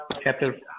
Chapter